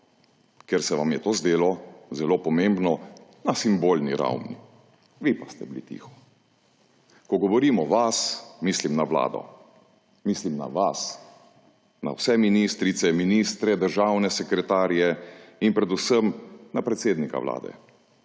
ker se vam je to zdelo zelo pomembno na simbolni ravni. Vi pa ste bili tiho. Ko govorim o vas, mislim na vlado, mislim na vas, na vse ministrice, ministre, državne sekretarje in predvsem na predsednika vlade.